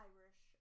Irish